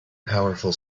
powerful